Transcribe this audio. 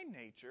nature